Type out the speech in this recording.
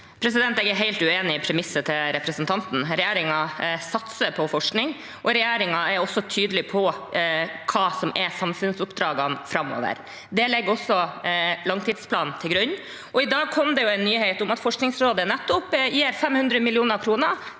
Jeg er helt uenig i premisset til representanten. Regjeringen satser på forskning, og regjeringen er også tydelig på hva som er samfunnsoppdragene framover. Det legger også langtidsplanen til grunn. I dag kom det en nyhet om at Forskningsrådet gir 500 mill. kr